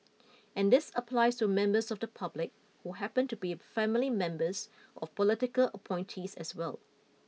and this applies to members of the public who happen to be family members of political appointees as well